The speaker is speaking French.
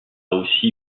aussi